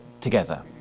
together